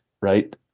right